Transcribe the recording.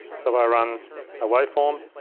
so if i run a waveform,